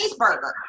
cheeseburger